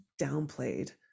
downplayed